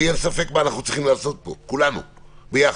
לי אין ספק מה אנחנו צריכים לעשות פה כולנו, ביחד.